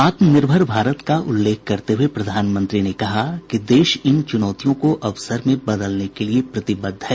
आत्मनिर्भर भारत का उल्लेख करते हुए प्रधानमंत्री ने कहा कि देश इन चुनौतियों को अवसर में बदलने के लिए प्रतिबद्ध है